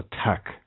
attack